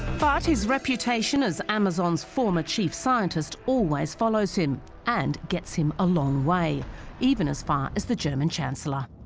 fart his reputation as amazon's former chief scientist always follows him and gets him a long way even as far as the german chancellor